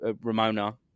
Ramona